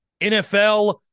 NFL